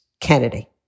Kennedy